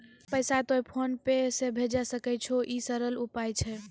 पैसा तोय PhonePe से भैजै सकै छौ? ई सरल उपाय छै?